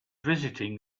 visiting